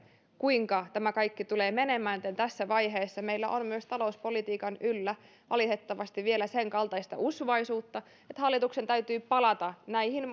kuinka tämä kaikki tulee menemään joten tässä vaiheessa meillä on myös talouspolitiikan yllä valitettavasti vielä senkaltaista usvaisuutta että hallituksen täytyy palata näihin